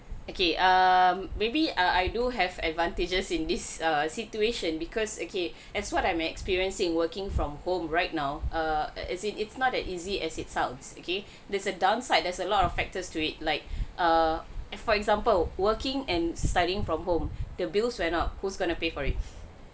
okay um maybe I I do have advantages in this err situation because okay as what I'm experiencing working from home right now err as in it's not as easy as it sounds okay there's a downside there's a lot of factors to it like err for example working and studying from home the bills went up who's gonna pay for it